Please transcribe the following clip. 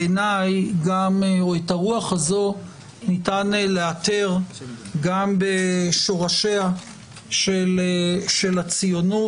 בעיני, ניתן לאתר גם בשורשיה של הציונות.